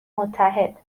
متحد